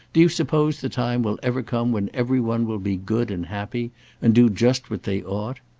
do you suppose the time will ever come when every one will be good and happy and do just what they ought?